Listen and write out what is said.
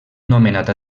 nomenat